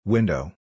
Window